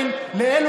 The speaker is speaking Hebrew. למה?